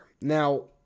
Now